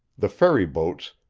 the ferry-boats,